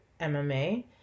MMA